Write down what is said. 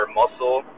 muscle